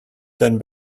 than